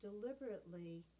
deliberately